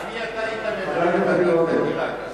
את מי אתה היית ממנה, ?